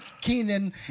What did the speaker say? Keenan